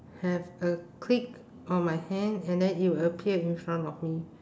have a click on my hand and then it will appear in front of me